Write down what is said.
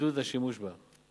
ועידוד השימוש בה.